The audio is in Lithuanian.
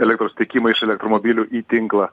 elektros tiekimą iš elektromobilių į tinklą